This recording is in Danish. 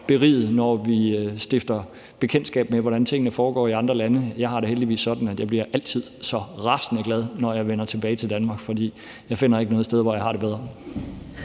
når vi stifter bekendtskab med, hvordan tingene foregår i andre lande. Jeg har det heldigvis sådan, at jeg altid bliver så rasende glad, når jeg vender tilbage til Danmark, for jeg finder ikke noget sted, hvor jeg har det bedre.